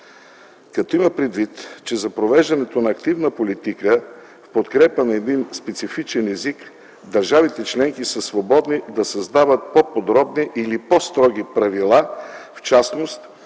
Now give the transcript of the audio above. където е казано, „че за провеждането на активна политика в подкрепа на един специфичен език държавите членки са свободни да създават по-подробни или по-строги правила, в частност